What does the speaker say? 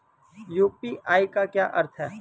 UPI का क्या अर्थ है?